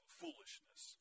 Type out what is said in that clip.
foolishness